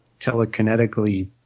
telekinetically